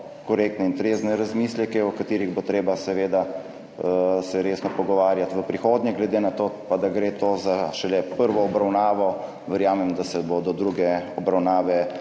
korektne in trezne razmisleke o katerih bo treba seveda se resno pogovarjati v prihodnje. Glede na to pa, da gre to za šele prvo obravnavo verjamem, da se bo do druge obravnave